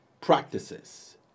practices